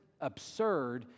absurd